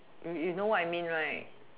you you know I mean right